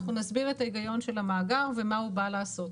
אנחנו נסביר את ההיגיון של המאגר ומה הוא בא לעשות.